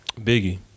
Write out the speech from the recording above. Biggie